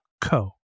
co